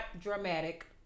dramatic